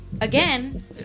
again